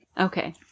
Okay